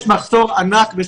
יש מחסור ענק בשטחים.